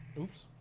Oops